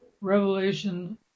Revelation